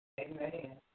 Amen